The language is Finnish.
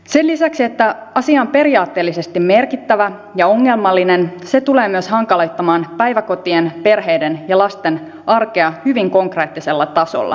sen lisäksi että asia on periaatteellisesti merkittävä ja ongelmallinen se tulee myös hankaloittamaan päiväkotien perheiden ja lasten arkea hyvin konkreettisella tasolla